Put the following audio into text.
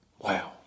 Wow